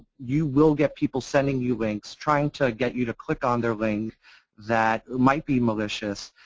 you will get people sending you links, trying to get you to click on their link that might be malicious.